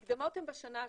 המקדמות הן בשנה השוטפת.